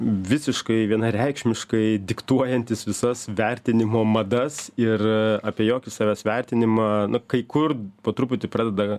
visiškai vienareikšmiškai diktuojantys visas vertinimo madas ir apie jokį savęs vertinimą na kai kur po truputį pradeda